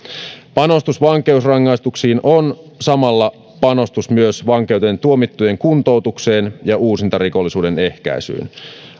panostus vankeusrangaistuksiin on samalla panostus myös vankeuteen tuomittujen kuntoutukseen ja uusintarikollisuuden ehkäisyyn